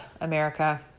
America